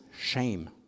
shame